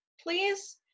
please